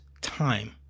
time